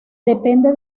depende